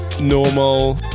normal